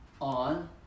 on